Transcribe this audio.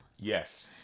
Yes